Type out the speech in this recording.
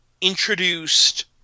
introduced